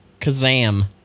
Kazam